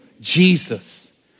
Jesus